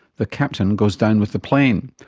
the captain goes down with the plane.